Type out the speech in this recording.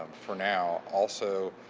for now, also,